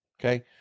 okay